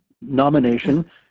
nomination